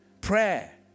prayer